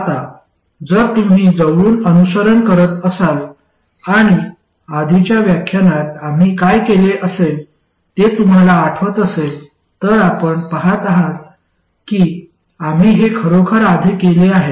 आता जर तुम्ही जवळून अनुसरण करत असाल आणि आधीच्या व्याख्यानात आम्ही काय केले असेल ते तुम्हाला आठवत असेल तर आपण पहात आहात की आम्ही हे खरोखर आधी केले आहे